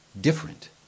different